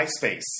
MySpace